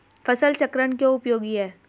फसल चक्रण क्यों उपयोगी है?